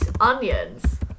onions